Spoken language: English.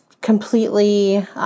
completely